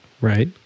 Right